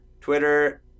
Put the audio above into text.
Twitter